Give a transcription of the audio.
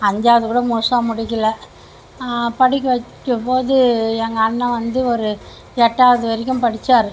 அஞ்சாவது கூட முழுதா முடிக்கலை படிக்க வைக்கும் போது எங்கள் அண்ணா வந்து ஒரு எட்டாவது வரைக்கும் படிச்சார்